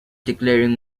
declaring